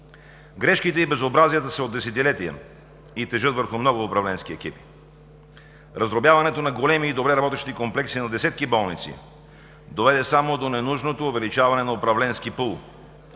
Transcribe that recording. Грешките и безобразията са от десетилетия и тежат върху много управленски екипи. Раздробяването на големи и добре работещи комплекси на десетки болници доведе само до ненужното увеличаване на управленски пул.